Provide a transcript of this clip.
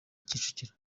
kicukiro